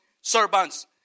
servants